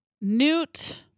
Newt